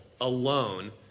alone